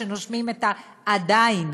שנושמים עדיין